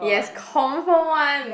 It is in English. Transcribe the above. yes confirm one